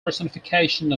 personification